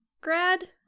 grad